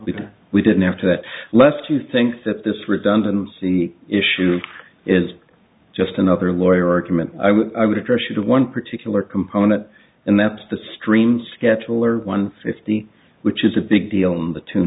because we didn't after that lest you think that this redundancy issue is just another lawyer argument i was addressing to one particular component and that's the stream scheduler one fifty which is a big deal on the two